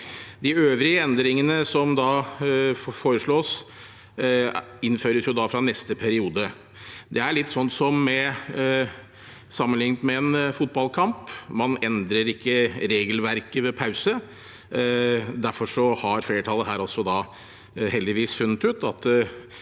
De øvrige endringene som da foreslås, innføres fra neste periode. Det er litt slik som sammenlignet med en fotballkamp: Man endrer ikke regelverket ved pause. Derfor har flertallet her heldigvis funnet ut at